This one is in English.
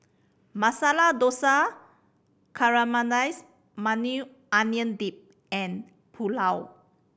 Masala Dosa Caramelize Maui Onion Dip and Pulao